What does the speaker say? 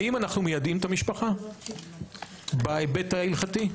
האם אנחנו מיידעים את המשפחה בהיבט ההלכתי?